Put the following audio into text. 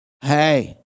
Hey